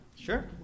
Sure